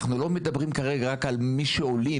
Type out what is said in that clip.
אנחנו לא מדברים כרגע רק על מי שעולים.